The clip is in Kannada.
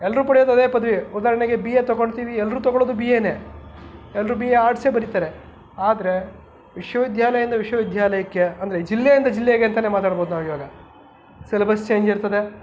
ಎಲ್ಲರೂ ಪಡ್ಯೋದು ಅದೇ ಪದವಿ ಉದಾಹರಣೆಗೆ ಬಿ ಎ ತಗೊಳ್ತೀವಿ ಎಲ್ಲರೂ ತೊಗೊಳೋದು ಬಿ ಎನೇ ಎಲ್ಲರೂ ಬಿ ಎ ಆರ್ಟ್ಸೇ ಬರೀತಾರೆ ಆದರೆ ವಿಶ್ವವಿದ್ಯಾಲಯಯಿಂದ ವಿಶ್ವವಿದ್ಯಾಲಯಕ್ಕೆ ಅಂದರೆ ಜಿಲ್ಲೆಯಿಂದ ಜಿಲ್ಲೆಗೆ ಅಂತನೇ ಮಾತಾಡ್ಬೋದು ನಾವು ಇವಾಗ ಸಿಲಬಸ್ ಚೇಂಜ್ ಇರ್ತದೆ